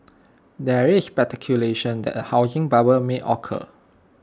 there is speculation that A housing bubble may occur